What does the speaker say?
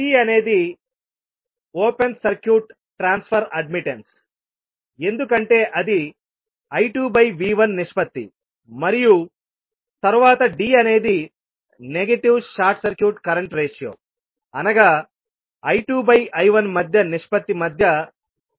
c అనేది open circuit transfer admittance ఎందుకంటే అది I2V1 నిష్పత్తి మరియు తర్వాత d అనేది negative short circuit current ratio అనగా I2I1 మధ్య నిష్పత్తి మధ్య సంబంధం